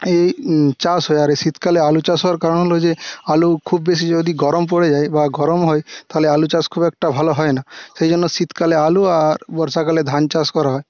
এই চাষ হয় আর এই শীতকালে আলু চাষ হওয়ার কারণ হল যে আলু খুব বেশি যদি গরম পড়ে যায় বা গরম হয় তাহলে আলু চাষ খুব একটা ভালো হয় না সেই জন্য শীতকালে আলু আর বর্ষাকালে ধান চাষ করা হয়